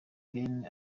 ben